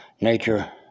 Nature